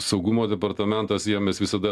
saugumo departamentas jiem mes visada